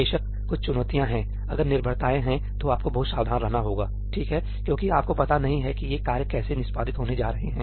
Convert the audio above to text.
बेशक कुछ चुनौतियाँ हैं अगर निर्भरताएँ हैं तो आपको बहुत सावधान रहना होगा ठीक हैक्योंकि आपको पता नहीं है कि ये कार्य कैसे निष्पादित होने जा रहे हैं